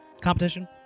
competition